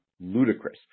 ludicrous